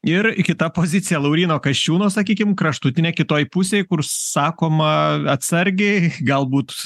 ir kita pozicija lauryno kasčiūno sakykim kraštutinė kitoj pusėj kur sakoma atsargiai galbūt